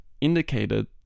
indicated